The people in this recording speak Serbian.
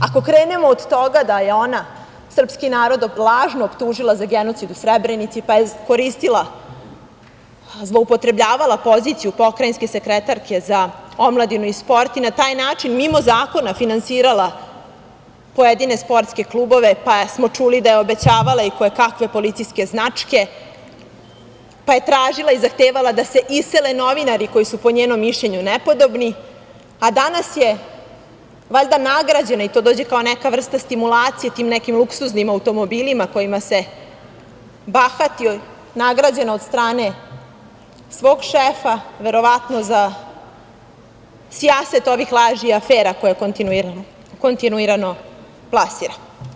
Ako krenemo od toga da je ona srpski narod lažno optužila za genocid u Srebrenici, pa je koristila i zloupotrebljavala poziciju pokrajinske sekretarke za omladinu i sport i na taj način, mimo zakona, finansirala pojedine sportske klubove, pa smo čuli da je obećavala i kojekakve policijske značke, pa je tražila i zahtevala da se isele novinari koji su po njenom mišljenju nepodobni, a danas je valjda nagrađena, to dođe kao neka vrsta stimulacije tim nekim luksuznim automobilima kojima se bahati, nagrađena od strane svog šefa, verovatno za sijaset ovih laži i afera koje kontinuirano plasira.